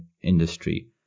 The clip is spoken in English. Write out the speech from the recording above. industry